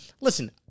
listen